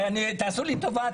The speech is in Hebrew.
תעשו לי טובה,